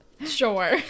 sure